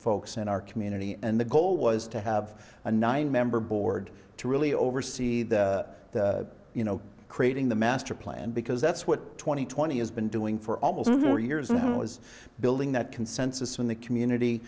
folks in our community and the goal was to have a nine member board to really oversee the you know creating the master plan because that's what twenty twenty is been doing for almost four years and it was building that consensus in the community